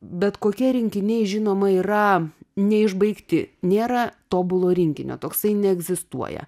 bet kokie rinkiniai žinoma yra neišbaigti nėra tobulo rinkinio toksai neegzistuoja